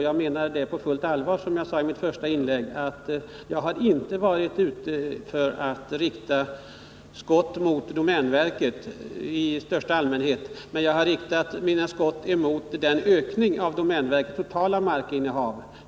Jag menar på fullt allvar vad jag sade i mitt första inlägg, att jag inte är ute efter att rikta skott mot domänverket, utan vad jag vänder mig mot är en ökning av domänverkets totala markinnehav.